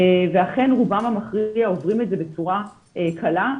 ואכן רובם המכריע עוברים את זה בצורה קלה.